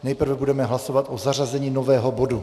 Nejprve budeme hlasovat o zařazení nového bodu.